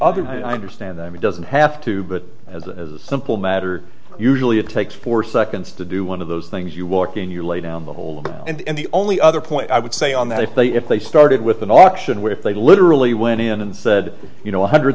other night i understand that he doesn't have to but as a simple matter usually it takes four seconds to do one of those things you walk in your lay down the hole and the only other point i would say on that if they if they started with an option where if they literally went in and said you know one hundred